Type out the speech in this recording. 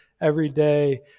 everyday